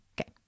Okay